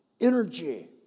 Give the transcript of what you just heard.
Energy